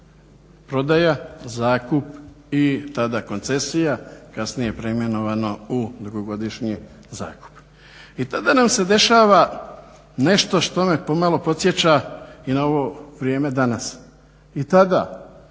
prodaja, zakup i tada koncesija. Kasnije preimenovano u dugogodišnji zakup. I tada nam se dešava nešto što me pomalo podsjeća i na ovo vrijeme danas. I tada